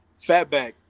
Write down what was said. Fatback